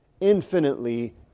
infinitely